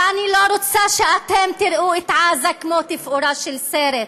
ואני לא רוצה שאתם תראו את עזה כמו תפאורה של סרט.